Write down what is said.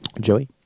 Joey